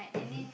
mmhmm